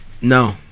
no